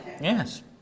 Yes